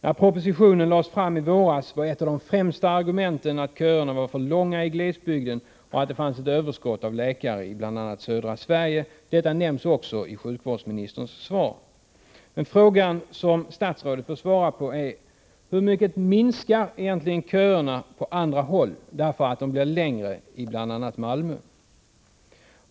När propositionen lades fram i våras var ett av de främsta argumenten att köerna var för långa i glesbygden och att det finns ett överskott på läkare i bl.a. södra Sverige. Detta nämns också i sjukvårdsministerns svar. Men den fråga som statsrådet bör svara på är: Hur mycket minskar egentligen köerna på andra håll, därför att de blir längre i bl.a. Malmöhus län?